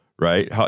right